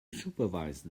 supervise